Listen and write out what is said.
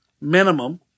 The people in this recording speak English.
minimum